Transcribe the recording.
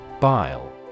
Bile